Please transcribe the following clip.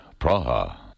Praha